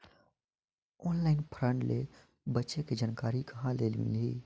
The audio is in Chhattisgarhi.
ऑनलाइन फ्राड ले बचे के जानकारी कहां ले मिलही?